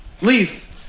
Leaf